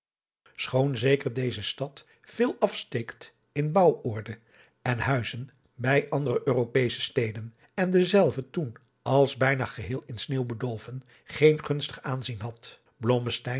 schoon zeker deze stad veel afsteekt in bouworde en huizen bij andere europesche steden en dezelve toen als bijna geheel in sneeuw bedolven geen gunstig aanzien had